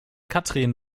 katrin